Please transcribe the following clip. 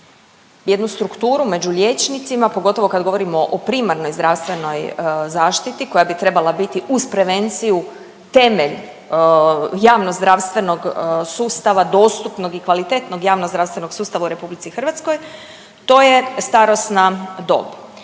jednu strukturu među liječnicima, pogotovo kad govorimo o primarnoj zdravstvenoj zaštiti koja bi trebala biti uz prevenciju temelj javnozdravstvenog sustava, dostupnog i kvalitetnog javnozdravstvenog sustava u RH, to je starosna dob